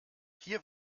hier